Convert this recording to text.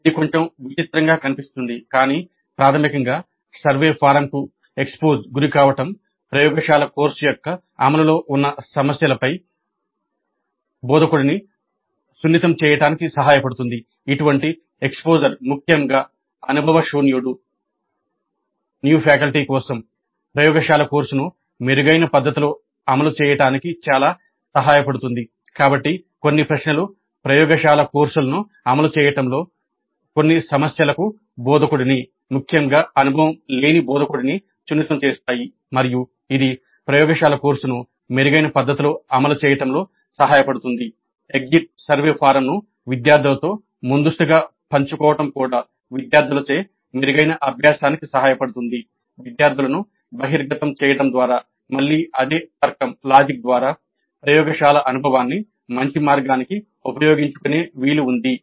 ఇది కొంచెం విచిత్రంగా కనిపిస్తుంది కాని ప్రాథమికంగా సర్వే ఫారమ్కు గురికావడంద్వారా ప్రయోగశాల అనుభవాన్ని మంచి మార్గానికి ఉపయోగించుకునే వీలు ఉంది